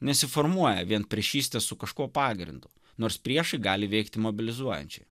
nesiformuoja vien priešyste su kažkuo pagrindu nors priešai gali veikti mobilizuojančiai